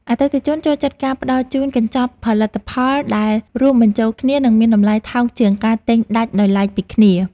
អតិថិជនចូលចិត្តការផ្តល់ជូនកញ្ចប់ផលិតផលដែលរួមបញ្ចូលគ្នា និងមានតម្លៃថោកជាងការទិញដាច់ដោយឡែកពីគ្នា។